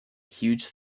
huge